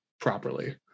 properly